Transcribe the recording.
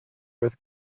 with